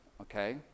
Okay